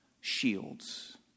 shields